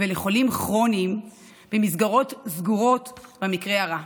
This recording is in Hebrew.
ולחולים כרוניים במסגרות סגורות במקרה הרע.